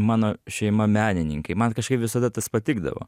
mano šeima menininkai man kažkaip visada tas patikdavo